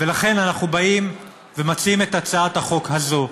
אנחנו בעצם באים ואומרים, גם בהצעת החוק הזאת,